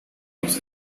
los